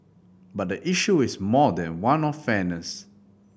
but the issue is more than one of fairness